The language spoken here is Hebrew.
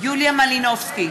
יוליה מלינובסקי,